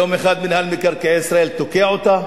יום אחד מינהל מקרקעי ישראל תוקע אותה,